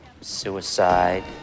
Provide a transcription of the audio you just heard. Suicide